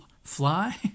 Fly